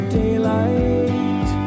daylight